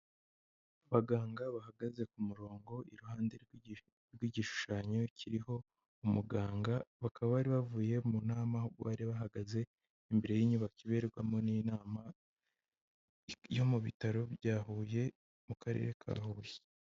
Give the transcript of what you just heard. Abaganga bahagaze ku murongo iruhande rw'igishushanyo kiriho umuganga, bakaba bari bavuye mu nama, bari bahagaze imbere y'inyubako ibarwemo n'inama yo mu bitaro bya Huye, mu Karere ka Huye.